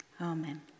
Amen